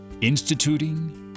instituting